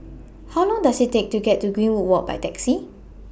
How Long Does IT Take to get to Greenwood Walk By Taxi